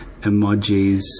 emojis